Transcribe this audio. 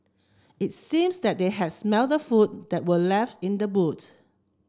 it seems that they had smelt the food that were left in the boot